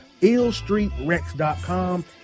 illstreetrex.com